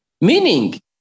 Meaning